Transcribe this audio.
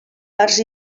parts